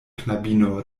knabino